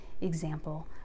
example